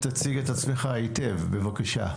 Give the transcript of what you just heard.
בבקשה.